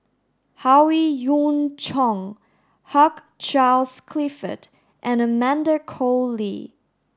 Howe Yoon Chong Hugh Charles Clifford and Amanda Koe Lee